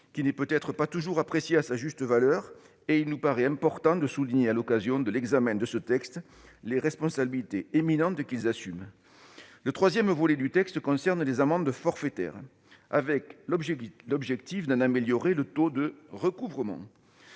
qui n'est pas toujours apprécié à sa juste valeur. Il me paraît donc important de souligner, à l'occasion de l'examen de ce texte, les responsabilités éminentes qu'ils assument. Le troisième volet de la proposition de loi concerne les amendes forfaitaires, l'objectif étant d'en améliorer le taux de recouvrement.